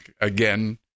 again